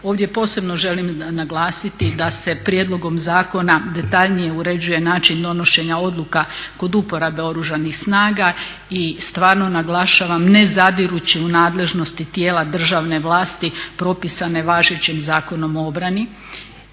Ovdje posebno želim naglasiti da se prijedlogom zakona detaljnije uređuje način donošenja odluka kod uporabe Oružanih snaga i stvarno naglašavam ne zadirući u nadležnosti tijela državne vlasti propisane važećim Zakonom o obrani,